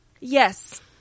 Yes